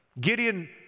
Gideon